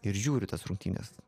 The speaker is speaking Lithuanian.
ir žiūri tas rungtynes